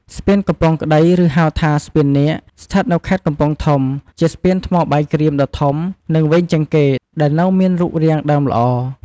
ស្ពានកំពង់ក្ដី ឬហៅថា ស្ពាននាគ ស្ថិតនៅខេត្តកំពង់ធំ ជាស្ពានថ្មបាយក្រៀមដ៏ធំ និងវែងជាងគេ ដែលនៅមានរូបរាងដើមល្អ។